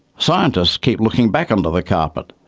scientists keep looking back under the carpet,